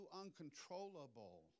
uncontrollable